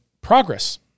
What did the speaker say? progress